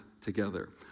together